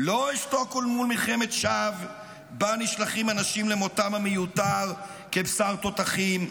לא אשתוק אל מול מלחמת שווא שבה נשלחים אנשים למותם המיותר כבשר תותחים.